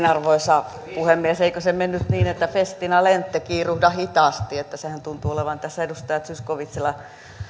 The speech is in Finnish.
arvoisa puhemies eikö se mennyt niin että festina lente kiiruhda hitaasti sehän tuntui olevan tässä edustaja zyskowiczilla